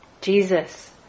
Jesus